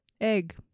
egg